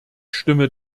stimme